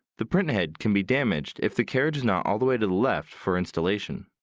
the printhead can be damaged if the carriage is not all the way to the left for installation.